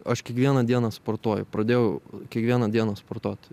aš kiekvieną dieną sportuoju pradėjau kiekvieną dieną sportuot